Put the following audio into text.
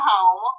Home